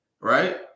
right